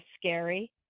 scary